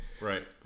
right